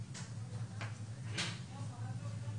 אני יכול להסביר